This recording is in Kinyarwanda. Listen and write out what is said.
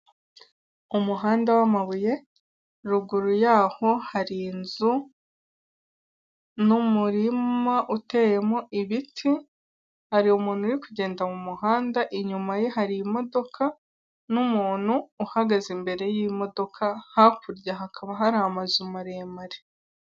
Umuhanda w'amabuye, ruguru yaho hari inzu n'umurima uteyemo ibiti, hari umuntu uri kugenda mu muhanda, inyuma ye hari imodoka n'umuntu uhagaze imbere y'imodoka, hakurya hakaba hari amazu maremare.